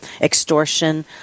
extortion